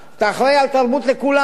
אתה אחראי לתרבות לכולם.